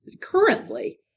currently